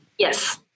Yes